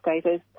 status